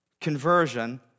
conversion